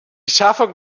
schaffung